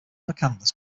mccandless